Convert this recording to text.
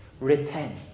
Repent